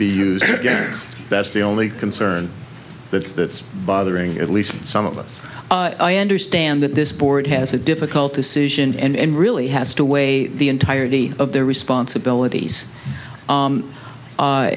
be used that's the only concern that's that's bothering at least some of us i understand that this board has a difficult decision and really has to weigh the entirety of their responsibilities